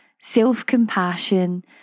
self-compassion